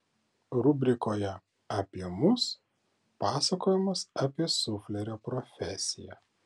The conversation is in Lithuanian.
rubrikoje apie mus pasakojimas apie suflerio profesiją